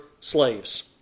slaves